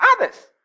others